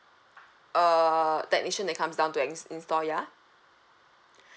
err technician that comes down to ins~ install ya